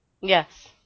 Yes